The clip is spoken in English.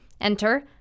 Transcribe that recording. Enter